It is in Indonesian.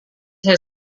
saya